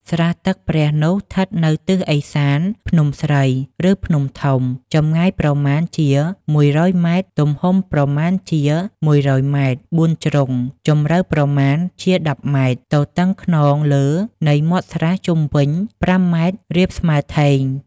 ស្រះទឹកព្រះនោះ ឋិតនៅទិសឦសានភ្នំស្រី ឬ ភ្នំធំ ចម្ងាយប្រមាណជា ១០០ ម. ទំហំប្រមាណជា ១០០ ម៉ែត្រ ៤ ជ្រុង, ជម្រៅប្រមាណជា ១០ ម. ទទឹងខ្នងលើនៃមាត់ស្រះជុំវិញ ៥ ម. រាបស្មើធេង ។